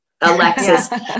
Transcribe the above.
Alexis